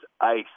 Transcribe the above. ice